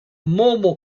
mobile